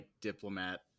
diplomat